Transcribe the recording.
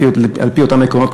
על-פי אותם עקרונות,